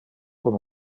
con